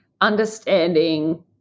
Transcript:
understanding